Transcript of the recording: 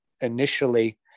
initially